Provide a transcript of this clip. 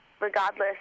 regardless